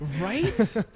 Right